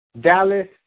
Dallas